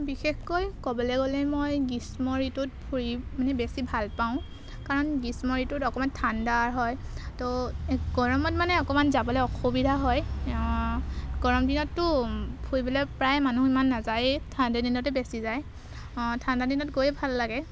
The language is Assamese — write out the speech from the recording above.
বিশেষকৈ ক'বলৈ গ'লে মই গ্ৰীষ্ম ঋতুত ফুৰি মানে বেছি ভালপাওঁ কাৰণ গ্ৰীষ্ম ঋতুত অকণমান ঠাণ্ডা হয় তো গৰমত মানে অকণমান যাবলৈ অসুবিধা হয় গৰম দিনততো ফুৰিবলৈ প্ৰায় মানুহ ইমান নাযায়েই ঠাণ্ডা দিনতে বেছি যায় ঠাণ্ডা দিনত গৈয়ে ভাল লাগে